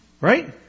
Right